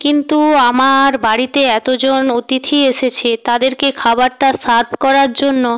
কিন্তু আমার বাড়িতে এতজন অতিথি এসেছে তাদেরকে খাবারটা সার্ভ করার জন্য